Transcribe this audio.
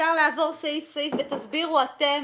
אפשר לעבור סעיף-סעיף ותסבירו אתם?